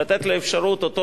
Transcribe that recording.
לתת לו אפשרות לשחזר,